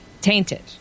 tainted